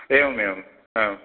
एवमेवम् आम्